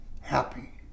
happy